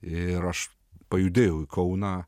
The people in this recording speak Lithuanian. ir aš pajudėjau į kauną